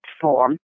form